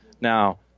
Now